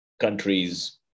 countries